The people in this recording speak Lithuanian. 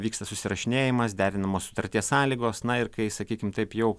vyksta susirašinėjimas derinamos sutarties sąlygos na ir kai sakykim taip jau